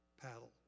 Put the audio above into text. paddle